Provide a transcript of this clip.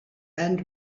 and